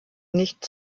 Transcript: nicht